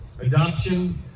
Adoption